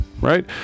right